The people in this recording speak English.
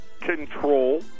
control